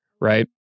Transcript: Right